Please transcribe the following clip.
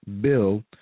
bill